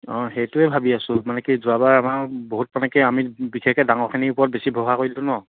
অঁ সেইটোৱে ভাবি আছোঁ মানে কি যোৱাবাৰ আমাৰ বহুত মানে আমি বিশেষকে ডাঙৰখিনিৰ ওপৰত বেছি ভৰষা কৰিলোতো ন